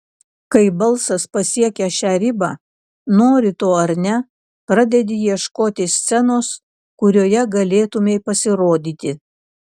kai balsas pasiekia šią ribą nori to ar ne pradedi ieškoti scenos kurioje galėtumei pasirodyti